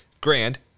grand